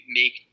make